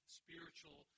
spiritual